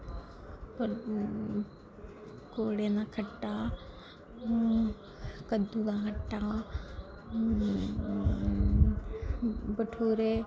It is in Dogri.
होर पकौड़ें दा खट्टा कद्दू दा खट्टा भठूरे